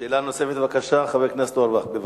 שאלה נוספת, חבר הכנסת אורבך, בבקשה.